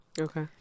Okay